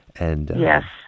Yes